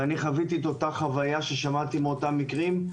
ואני חוויתי אותה חוויה ששמעתי מאותם מקרים,